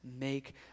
make